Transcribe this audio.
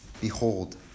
behold